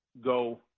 go